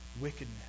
wickedness